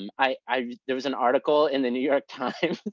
and i mean there was an article in the new york times